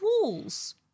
walls